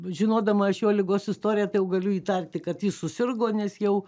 žinodama aš jo ligos istoriją tai jau galiu įtarti kad jis susirgo nes jau